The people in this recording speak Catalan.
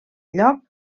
lloc